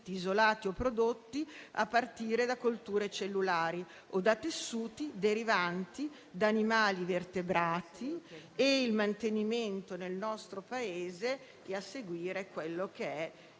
isolati o prodotti a partire da colture cellulari o da tessuti derivanti da animali vertebrati e il mantenimento nel nostro Paese di ricercatori e